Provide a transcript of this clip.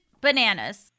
bananas